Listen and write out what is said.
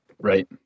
Right